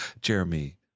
Jeremy